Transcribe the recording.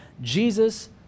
Jesus